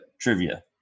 trivia